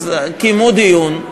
קיימו דיון,